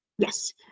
Yes